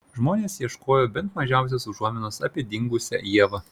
žmonės ieškojo bent mažiausios užuominos apie dingusią ievą